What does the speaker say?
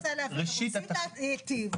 רוצים להטיב,